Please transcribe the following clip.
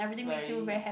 very